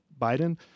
Biden